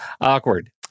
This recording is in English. awkward